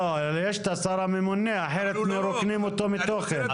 לא, יש את השר הממונה, אחרת מרוקנים אותו מתוכן.